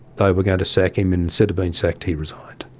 they were going to sack him, and instead of being sacked he resigned.